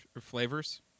flavors